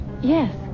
Yes